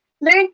learn